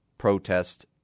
protest